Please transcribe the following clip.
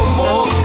more